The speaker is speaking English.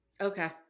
Okay